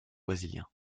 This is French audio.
brésilien